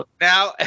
now